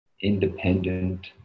independent